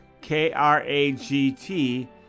K-R-A-G-T